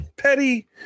petty